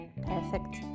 Perfect